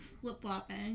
flip-flopping